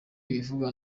ibivugwa